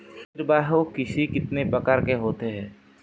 निर्वाह कृषि कितने प्रकार की होती हैं?